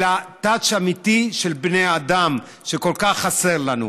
אלא טאץ' אמיתי של בני אדם, שכל כך חסר לנו.